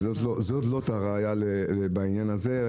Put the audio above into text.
אז זו הראייה בעניין הזה.